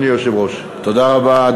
תודה רבה,